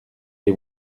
les